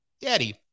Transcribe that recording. Daddy